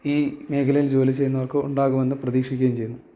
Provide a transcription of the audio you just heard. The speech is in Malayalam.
ഈ മേഖലയിൽ ജോലി ചെയ്യുന്നവർക്ക് ഉണ്ടാകുമെന്ന് പ്രതീക്ഷിക്കുകയും ചെയ്യുന്നു